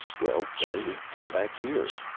well, then we come back here.